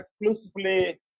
exclusively